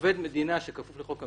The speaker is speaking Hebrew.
מדינה שכפוף לחוק המשמעת,